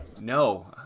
No